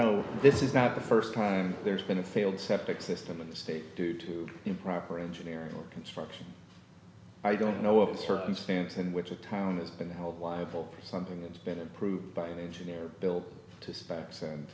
know this is not the first time there's been a failed septic system in the state due to improper engineering or construction i don't know of a circumstance in which a town has been held liable for something and been approved by an engineer built to specs and